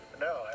No